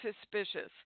suspicious